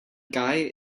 guy